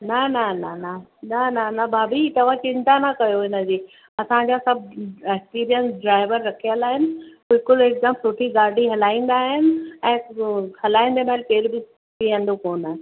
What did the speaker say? न न न न न न न न भाभी तव्हां चिंता न कयो हिनजी असांजा सभु सीरियस ड्राइवर रखियल आहिनि बिल्कुलु हिकदमि सुठी गाॾी हलाईंदा आहिनि ऐं इहो हलाईंदे महिल केर बि पीअंदो कोन